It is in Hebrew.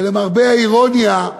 ולמרבה האירוניה,